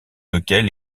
lequel